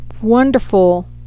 wonderful